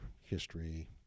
history